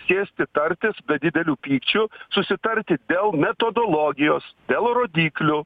sėsti tartis be didelių pykčių susitarti dėl metodologijos dėl rodyklių